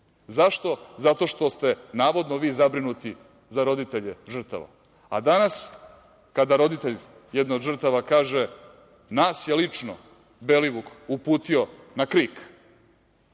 Zašto? Zato što ste navodno vi zabrinuti za roditelje žrtava. A, danas kada roditelj jedne od žrtava kaže – nas je lično Belivuk uputio na Krik